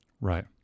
Right